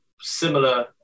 similar